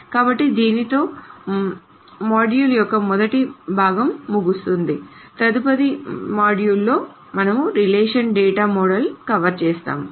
కాబట్టి దీనితో మాడ్యూల్ యొక్క మొదటి భాగాగం ముగుస్తుంది తదుపరి మాడ్యూల్లో మనము రిలేషనల్ డేటా మోడల్ను కవర్ చేస్తాము